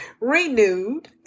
renewed